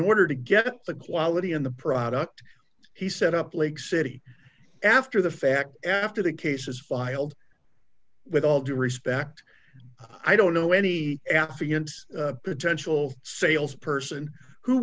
order to get the quality in the product he set up lake city after the fact after the case was filed with all due respect i don't know any affiance potential sales person who